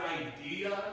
idea